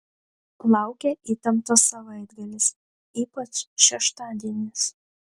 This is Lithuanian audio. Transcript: laukia įtemptas savaitgalis ypač šeštadienis